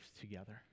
together